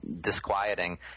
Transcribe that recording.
disquieting